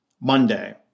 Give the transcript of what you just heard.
Monday